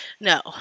No